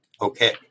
Okay